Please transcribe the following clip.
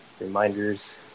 Reminders